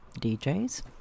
DJs